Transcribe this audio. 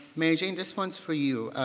mary jane, this one's for you.